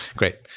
great.